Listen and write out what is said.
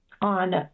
on